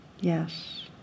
Yes